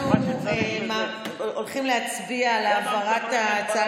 אנחנו הולכים להצביע על העברת ההצעה